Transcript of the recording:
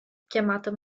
chiamato